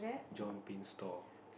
John Pin store